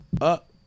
up